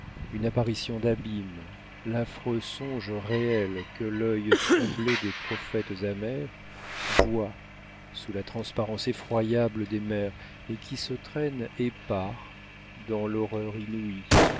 une apparition d'abîme l'affreux songe réel que l'œil troublé des prophètes amers voit sous la transparence effroyable des mers et qui se traîne épars dans l'horreur inouïe